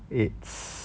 it's